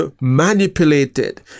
manipulated